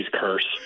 curse